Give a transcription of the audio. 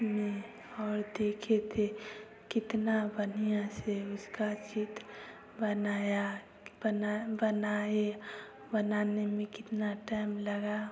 हमने और देखे थे कितना बढ़िया से उसका चित्र बनाया बना बनाए बनाने में कितना टैम लगा